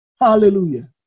Hallelujah